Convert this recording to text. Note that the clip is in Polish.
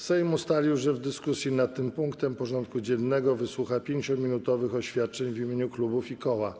Sejm ustalił, że w dyskusji nad tym punktem porządku dziennego wysłucha 5-minutowych oświadczeń w imieniu klubów i koła.